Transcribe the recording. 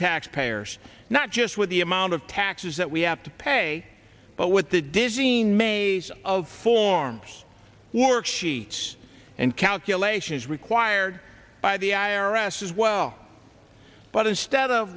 taxpayers not just with the amount of taxes that we have to pay but with the dizzying made of forms worksheets and calculations required by the i r s as well but